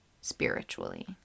spiritually